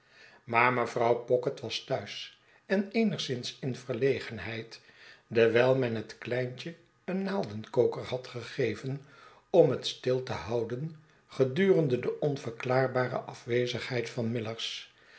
maar mevrouw pocket was thuis en eenigszins in verlegenheid jewyl men het kleintje een naaldenkoker had gegeven om het stil te houden gedurende de onverklaarbare afwezigheid van